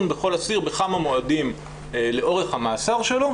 בכל אסיר בכמה מועדים לאורך המאסר שלו